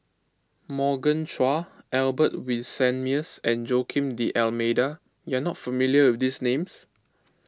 Morgan Chua Albert Winsemius and Joaquim D'Almeida you are not familiar with these names